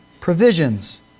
provisions